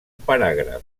paràgraf